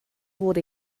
wurde